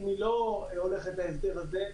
אם היא לא הולכת להסדר הזה,